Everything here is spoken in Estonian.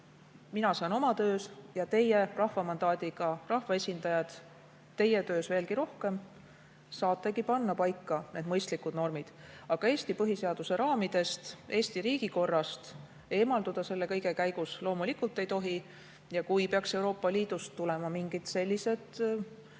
mina saan oma töös ja teie, rahva mandaadiga rahvaesindajad, saategi oma töös veelgi rohkem panna paika need mõistlikud normid. Aga Eesti põhiseaduse raamidest ja Eesti riigikorrast eemalduda selle kõige käigus loomulikult ei tohi. Kui peaks Euroopa Liidust tulema mingid sellised